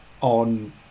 on